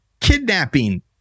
kidnapping